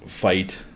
fight